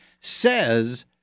says